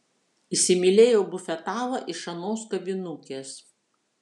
įsimylėjau bufetavą iš anos kavinukės